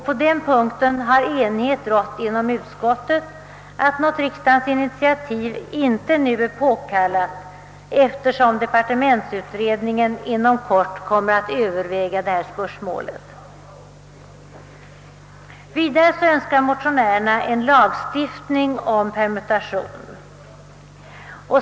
På den punkten har enighet rått inom utskottet om att något riksdagens initiativ inte nu är påkallat, eftersom departementsutredningen inom kort kommer att överväga detta spörsmål. Vidare önskar motionärerna lagstiftning om permutation.